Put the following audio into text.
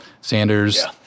Sanders